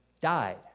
died